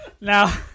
Now